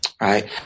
right